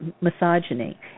misogyny